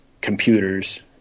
computers